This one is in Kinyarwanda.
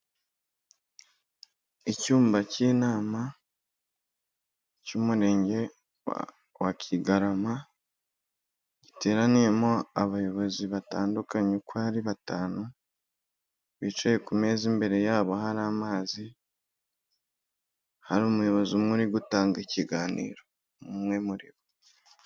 Icyumba cy'inama cy'umurenge wa Kigarama giteraniyemo abayobozi batandukanye uko ari batanu, bicaye ku meza imbere yabo hari amazi hari umuyobozi umwe uri gutanga ikiganiro umwe muri bo.